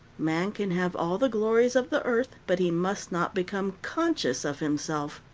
man can have all the glories of the earth, but he must not become conscious of himself.